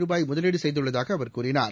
ரூபாய் முதலீடு செய்துள்ளதாக அவர் கூறினார்